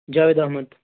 Javed Ahmad